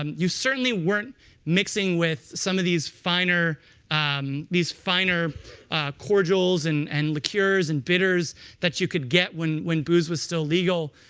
um you certainly weren't mixing with some of these finer um these finer cordials and and liqueurs, and bitters that you could get when when booze was still legal.